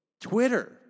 Twitter